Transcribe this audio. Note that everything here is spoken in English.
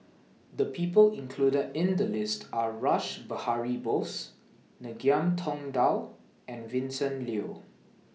The People included in The list Are Rash Behari Bose Ngiam Tong Dow and Vincent Leow